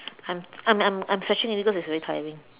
I'm I'm I'm I'm stretching already because it's very tiring